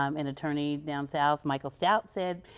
um an attorney down south, michael stout, said,